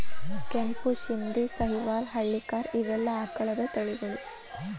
ಕೆಂಪು ಶಿಂದಿ, ಸಹಿವಾಲ್ ಹಳ್ಳಿಕಾರ ಇವೆಲ್ಲಾ ಆಕಳದ ತಳಿಗಳು